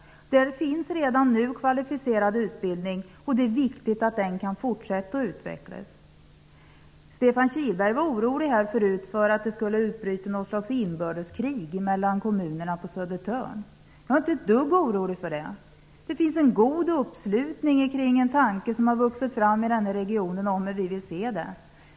Där finns redan nu kvalificerad utbildning, och det är viktigt att den kan fortsätta att utvecklas. Stefan Kihlberg var orolig för att det skulle utbryta ett inbördeskrig mellan kommunerna på Södertörn. Jag är inte ett dugg orolig för det. Det finns en god uppslutning kring en tanke som har vuxit fram i denna region om hur vi vill se det.